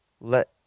Let